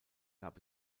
gab